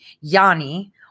Yanni